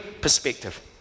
perspective